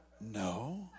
no